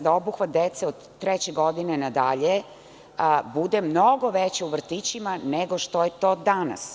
da obuhvat dece od treće godine pa nadalje bude mnogo veći u vrtićima, nego što je to danas.